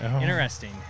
Interesting